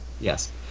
Yes